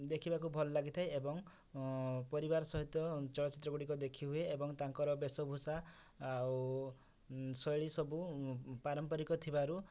ଦେଖିବାକୁ ଭଲ ଲାଗିଥାଏ ଏବଂ ପରିବାର ସହିତ ଚଳଚିତ୍ରଗୁଡ଼ିକ ଦେଖିହୁଏ ଏବଂ ତାଙ୍କର ବେଶଭୁଷା ଆଉ ଶୈଳୀ ସବୁ ପାରମ୍ପରିକ ଥିବାରୁ